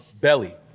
Belly